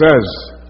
says